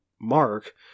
mark